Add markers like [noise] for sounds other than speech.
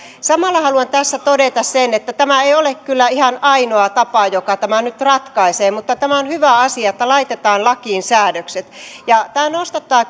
samalla haluan tässä todeta sen että tämä ei ole kyllä ihan ainoa tapa joka tämän nyt ratkaisee mutta on hyvä asia että laitetaan lakiin säädökset tämä nostattaa [unintelligible]